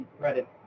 credit